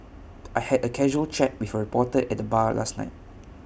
I had A casual chat with A reporter at the bar last night